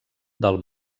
del